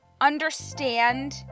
understand